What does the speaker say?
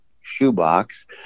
shoebox